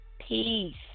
peace